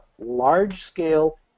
large-scale